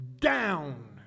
down